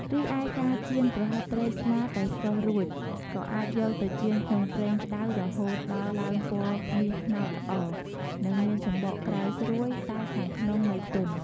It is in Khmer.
រីឯ ការចៀន ប្រហិតត្រីស្លាតដែលស្រុះរួច ក៏អាចយកទៅចៀនក្នុងប្រេងក្តៅរហូតដល់ឡើងពណ៌មាសត្នោតល្អ និងមានសំបកក្រៅស្រួយ តែខាងក្នុងនៅទន់។